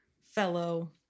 fellow